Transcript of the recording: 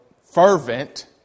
fervent